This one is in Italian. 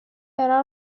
era